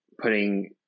putting